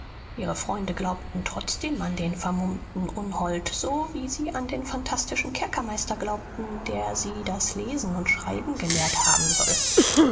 ihre freunde glaubten trotzdem an den vermummten unhold so wie sie an den phantastischen kerkermeister glaubten der sie das lesen und schreiben gelehrt haben soll